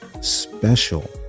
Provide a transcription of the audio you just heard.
special